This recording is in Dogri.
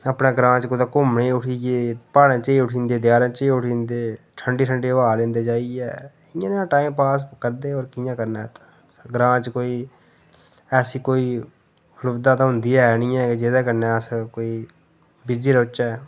अपने ग्रांऽ च कुतै घूमने गी उठी गे प्हाड़ें च उठी जंदे दे देयारें च उठी जंदे ठंडी ठंडी ब्हाऽ लैंदे जाइयै इयां टाइम पास करदे होर कि'यां करना इत्थै ग्रांऽ च कोई ऐसी कोई सुविधा ते होंदी ते ऐ नी ऐ कि जेह्दे कन्नै अस कोई बिजी रौह्चै